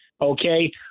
Okay